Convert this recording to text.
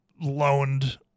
loaned